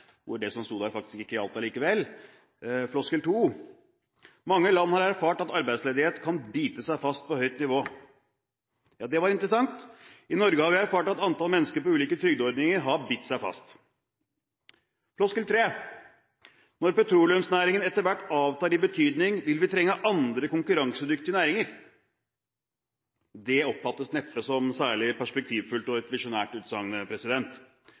hvor det som sto der, faktisk ikke gjaldt likevel. Floskel to: «Mange land har erfart at arbeidsledighet kan bite seg fast på høyt nivå.» Ja, det var interessant. I Norge har vi erfart at antall mennesker på ulike trygdeordninger har bitt seg fast. Floskel tre: «Når petroleumsnæringen etter hvert avtar i betydning, vil vi trenge andre konkurransedyktige næringer.» Det oppfattes neppe som et særlig perspektivrikt og visjonært